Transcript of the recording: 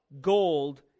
gold